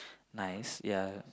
nice ya